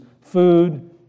food